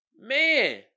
Man